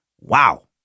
Wow